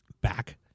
back